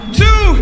two